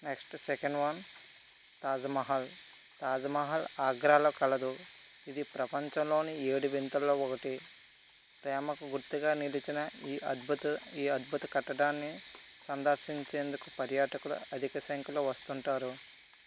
next second one Taj Mahal Taj Mahal ఆగ్రాలో కలదు ఇది ప్రపంచంలోని ఏడు వింతలలో ఒకటి ప్రేమకు గుర్తుగా నిలిచిన ఈ అద్భుత ఈ అద్భుత కట్టడాన్ని సందర్శించేందుకు పర్యటకులు అధికసంఖ్యలో వస్తు ఉంటారు